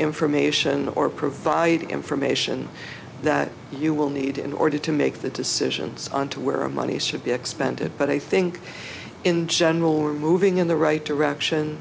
information or provide information that you will need in order to make the decisions on to where our money should be expended but i think in general we're moving in the right direction